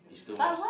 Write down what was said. is too much